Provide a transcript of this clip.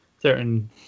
certain